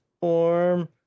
form